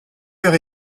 heure